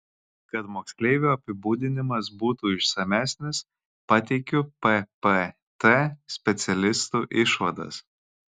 kad moksleivio apibūdinimas būtų išsamesnis pateikiu ppt specialistų išvadas